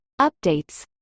updates